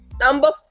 Number